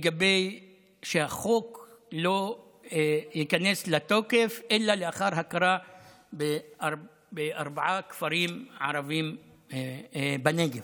שהחוק לא ייכנס לתוקף אלא לאחר הכרה בארבעה כפרים ערביים בנגב.